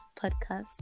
podcast